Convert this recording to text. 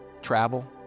travel